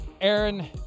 aaron